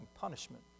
punishment